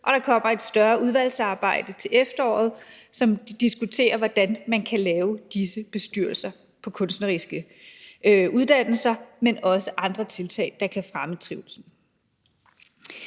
og der kommer et større udvalgsarbejde til efteråret, hvor man får diskuteret, hvordan man kan lave disse bestyrelser på kunstneriske uddannelser, men også andre tiltag, der kan fremme trivslen.